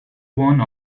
one